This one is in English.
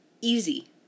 easy